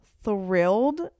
thrilled